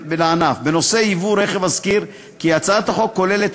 בנושא ייבוא רכב אזכיר כי הצעת החוק כוללת